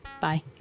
bye